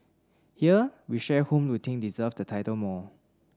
here we share whom we think deserves the title more